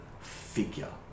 figure